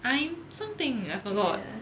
ya